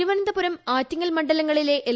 തിരുവനന്തപുരം ് ആ്റ്റിങ്ങൽ മണ്ഡലങ്ങളിലെ എൽ